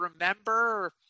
remember